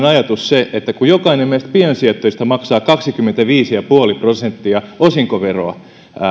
ajatus se että kun jokainen meistä piensijoittajista maksaa kaksikymmentäviisi pilkku viisi prosenttia osinkoveroa